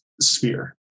sphere